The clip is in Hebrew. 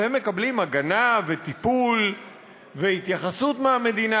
והם מקבלים הגנה וטיפול והתייחסות מהמדינה,